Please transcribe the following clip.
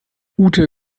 ute